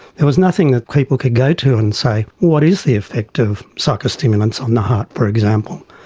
there was nothing that people could go to and say, well, what is the effect of psychostimulants on the heart, for example.